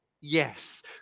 yes